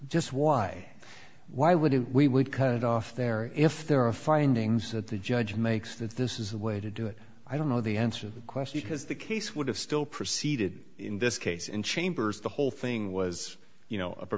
just why why would we would cut it off there if there are findings that the judge makes that this is the way to do it i don't know the answer the question because the case would have still proceeded in this case in chambers the whole thing was you know